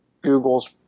Google's